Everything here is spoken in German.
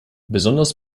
besonders